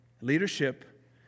Leadership